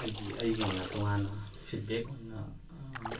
ꯑꯩꯒꯤ ꯑꯩꯒꯤ ꯑꯣꯏꯅ ꯇꯣꯉꯥꯟꯅ ꯐꯤꯠꯕꯦꯛ ꯑꯣꯏꯅ